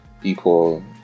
people